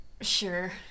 Sure